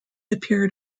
appeared